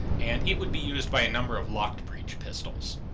and it would be used by a number of locked-breech pistols,